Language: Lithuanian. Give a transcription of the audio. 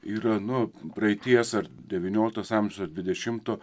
yra nu praeities ar devynioliktas amžius ar dvidešimto